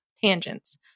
tangents